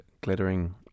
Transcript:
glittering